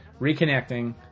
Reconnecting